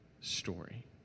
story